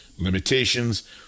Limitations